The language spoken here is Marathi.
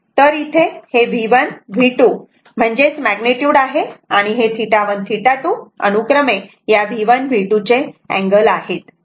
तर इथे हे V1 V2 म्हणजेच मॅग्निट्युड आहे आणि हे θ1 व θ2 हे अनुक्रमे या V1 V2 चे अँगल आहेत